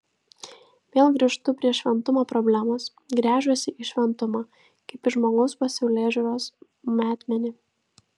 vėl grįžtu prie šventumo problemos gręžiuosi į šventumą kaip į žmogaus pasaulėžiūros metmenį